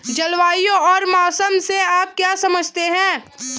जलवायु और मौसम से आप क्या समझते हैं?